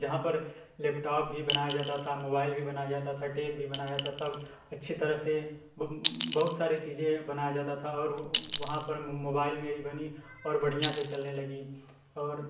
जहाँ पर लेपटॉप भी बनाया जाता था मोबाइल भी बनाया जाता था टेप भी बनाया जाता सब अच्छी तरह से बहुत सारे चीज़ें बनाया जाता था और वहाँ पर मोबाइल मेरी बनी और बढ़िया से चलने लगी और